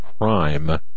crime